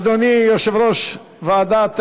אדוני יושב-ראש הוועדה,